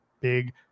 big